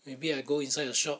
maybe I go inside a shop